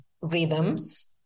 rhythms